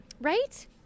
Right